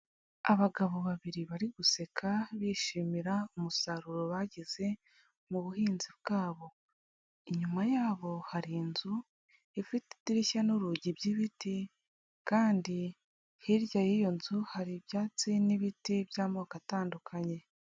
Abagabo babiri bari guseka, bishimira umusaruro bagize mu buhinzi bwabo, inyuma yabo hari inzu ifite idirishya n'urugi by'ibiti, kandi hirya y'iyo nzu hari ibyatsi n'ibiti by'amoko atandukanye.